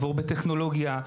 טכנולוגיה,